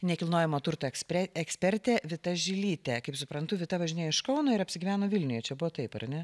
nekilnojamo turto ekspertė ekspertė vita žilytė kaip suprantu vita važinėjo iš kauno ir apsigyveno vilniuje čia buvo taip ar ne